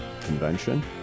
convention